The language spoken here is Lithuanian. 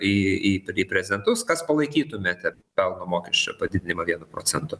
į į į prezidentus kas palaikytumėte pelno mokesčio padidinimą vienu procentu